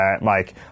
Mike